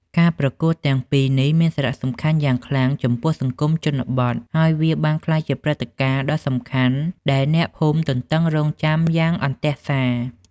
ការប្រកួតទាំងពីរនេះមានសារៈសំខាន់យ៉ាងខ្លាំងចំពោះសង្គមជនបទ ហើយវាបានក្លាយជាព្រឹត្តិការណ៍ដ៏សំខាន់ដែលអ្នកភូមិទន្ទឹងរង់ចាំយ៉ាងអន្ទះសា។